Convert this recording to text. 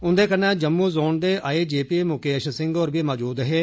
उन्दे कन्नै जम्मू जोन दे I G P Mukesh Singh होर बी मौजूद हे